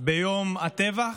ביום הטבח,